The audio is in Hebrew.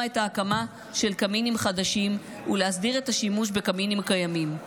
את ההקמה של קמינים חדשים ולהסדיר את השימוש בקמינים קיימים.